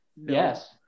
Yes